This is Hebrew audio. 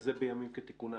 וזה בימים כתיקונם.